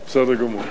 בסדר גמור.